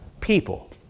people